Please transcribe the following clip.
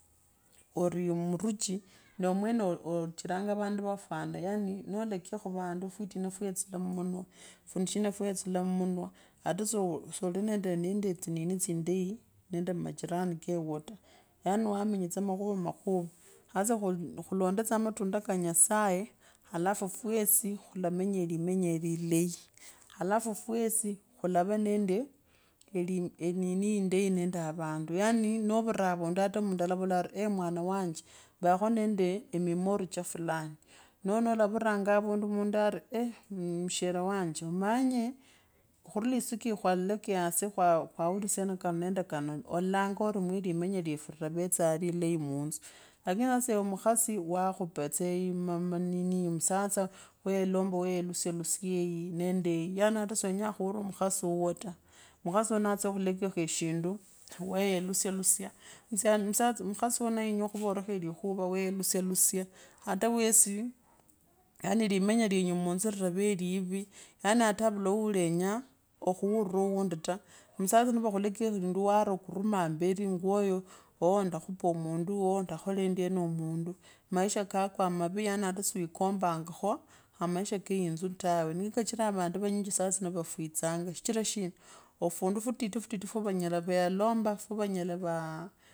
Ori muchi nee omwene ou ochiranga vandu vafwana yaani, nolekeya khuvandu katina fwayetsa maanwa, fundishina fwa yetsula mumaa hata soo so linende nande tsi nine tsi ndai nende machinani kewuwo toyaani wamenyatse makhuwa makhuwa hasa tsa khuloni matunda nyasaye halafu fwesi khulamenya linenya lilai, halafu fwasi khuleranende eli, enini indai nende avandu yaani novira atavundu mundu alevota ri mwana wanja vakho nende eruma ori cha mwana fulani, noo laviranga avandu, mundu ai mushare wanje manyi khurela usiku ya kwalekeye hari kwa uririsane kano and kano olaanga mwa lirenye lyfe lilavatanga lilie munzu lakini sasa ewe amukhasi wakhupa tsaa yee yenini nusatse wayelomba wayelusya lusya yeeri nende yii yaani ata so wenyee khuruma mukhui wuuwo ta mukhali wuuwo natsya kuteleya shindig, wayelusya lusya, musa mwatse, mukhasi wuvwo niyenya khurorakho likhuva lakini ewe wayelusye lusya, hata wesi yerani limenya lyenyu munzu lilava eliivi yaani ata avalawenyaa okhuvuraowundi ta, musatsa nivakkhusekeyakho lindu waara kunema amberi ngwoyo, ooh ndakhupa omundu ooh ndakhola endiena mundu mani maisha kakoa anani yaani ata swikombaakho amaisha ke yinzu tawe nikokachira vandu vanyinji saa tsinee vafwitzanga shichira shina fundu fitu futi fwevanyala valomba, fwa vanyola vaa.